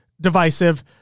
Divisive